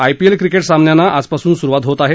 IPL cricket सामन्यांना धूम आजपासून सुरुवात होत आहे